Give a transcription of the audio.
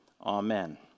Amen